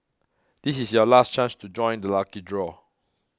this is your last chance to join the lucky draw